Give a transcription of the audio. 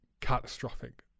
catastrophic